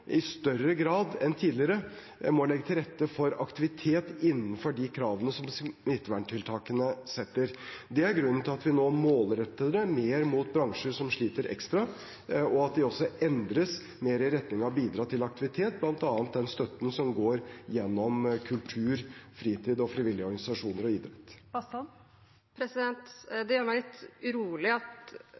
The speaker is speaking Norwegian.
i større grad enn tidligere må legge til rette for aktivitet innenfor de kravene som smitteverntiltakene stiller. Det er grunnen til at vi nå målretter støtten mer mot bransjer som sliter ekstra, og at den også endres mer i retning av å bidra til aktivitet, bl.a. den støtten som går gjennom kultur, fritid og frivillige organisasjoner. Det gjør meg litt urolig at